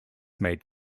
made